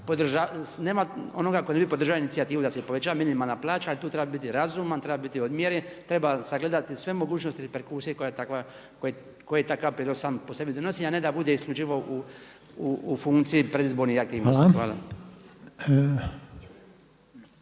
onoga tko ne bi podržao inicijativu da se poveća minimalna plaća, ali tu treba biti razuman, treba biti odmjeren, treba sagledati sve mogućnosti reperkusije koje takav prijedlog sam po sebi donosi, a ne da bude isključivo u funkciji predizbornih aktivnosti. Hvala.